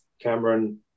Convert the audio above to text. Cameron